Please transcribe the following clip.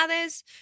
others